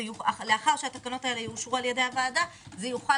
לאחר שהתקנות האלה יאושרו על-ידי הוועדה זה יוחל